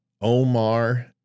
Omar